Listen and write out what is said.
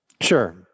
Sure